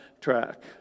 track